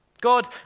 God